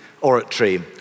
oratory